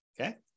Okay